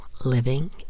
living